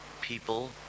People